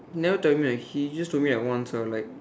he never tell me like he just told me like once ah like he